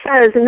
says